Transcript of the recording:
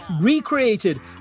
Recreated